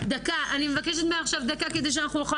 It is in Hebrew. אני מבקשת מעכשיו דקה כדי שאנחנו נוכל